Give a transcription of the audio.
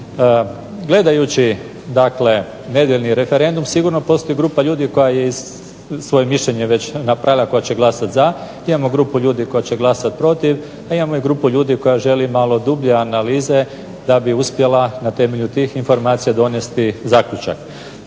Gledajući dakle nedjeljni referendum sigurno postoji grupa ljudi koja je svoje mišljenje već napravila koja će glasati za. Imamo grupu ljudi koja će glasati protiv, a imamo i grupu ljudi koja želi malo dublje analize da bi uspjela na temelju tih informacija donesti zaključak.